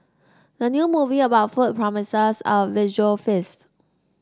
the new movie about food promises a visual feast